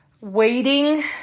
waiting